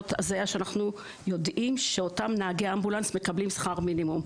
זה היה שאנחנו יודעים שאותם נהגי אמבולנס מקבלים שכר מינימום,